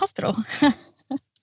hospital